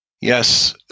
Yes